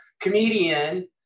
comedian